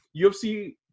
UFC